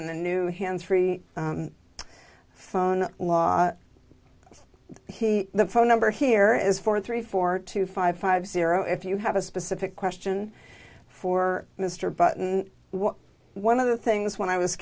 in the new hands free phone law he the phone number here is four three four to five five zero if you have a specific question for mr button one of the things when i was